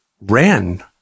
ran